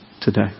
today